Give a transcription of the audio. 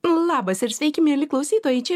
labas ir sveiki mieli klausytojai čia milda